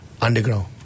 underground